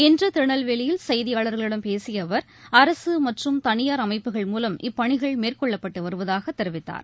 இன்றுதிருநெல்வேலியில் செய்தியாளர்களிடம் பேசியஅவர் அரசுமற்றும் தனியார் அமைப்புகள் மூலம் இப்பணிகள் மேற்கொள்ளப்பட்டுவருவதாகதெரிவித்தார்